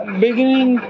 beginning